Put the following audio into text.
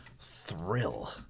thrill